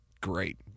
great